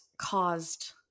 caused